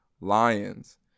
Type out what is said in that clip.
Lions